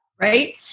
right